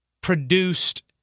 produced